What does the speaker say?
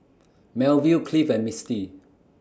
Melville Cliff and Misty